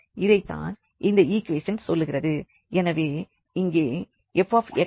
இதைத் தான் இந்த ஈக்குவேஷன் சொல்கிறது